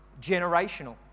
generational